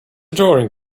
drawing